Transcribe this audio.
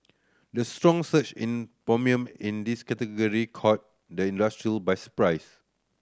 the strong surge in premium in this category caught the industry by surprise